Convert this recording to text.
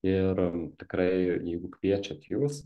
ir tikrai jeigu kviečiat jūs